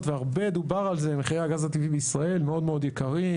והרבה דובר על זה - מחירי הגז הטבעי בישראל מאוד יקרים,